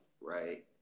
right